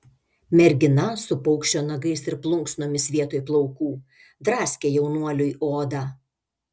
mergina su paukščio nagais ir plunksnomis vietoj plaukų draskė jaunuoliui odą